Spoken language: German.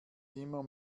immer